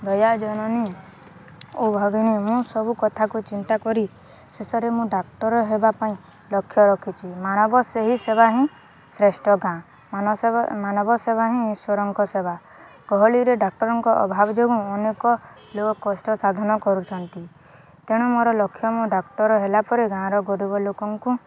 ଜୟା ଜନନୀ ଓ ଭଗନୀ ମୁଁ ସବୁ କଥାକୁ ଚିନ୍ତା କରି ଶେଷରେ ମୁଁ ଡ଼ାକ୍ଟର ହେବା ପାଇଁ ଲକ୍ଷ୍ୟ ରଖିଛି ମାନବ ସେହି ସେବା ହିଁ ଶ୍ରେଷ୍ଠ ଗାଁ ମାନ ମାନବ ସେବା ହିଁ ଇଶ୍ଵରଙ୍କ ସେବା ଗହଳିରେ ଡ଼ାକ୍ଟରଙ୍କ ଅଭାବ ଯୋଗୁଁ ଅନେକ ଲୋକ କଷ୍ଟ ସାଧନ କରୁଛନ୍ତି ତେଣୁ ମୋର ଲକ୍ଷ୍ୟ ମୁଁ ଡ଼ାକ୍ଟର ହେଲା ପରେ ଗାଁର ଗରିବ ଲୋକଙ୍କୁ